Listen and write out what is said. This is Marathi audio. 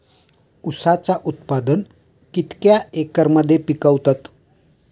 ऊसाचा उत्पादन कितक्या एकर मध्ये पिकवतत?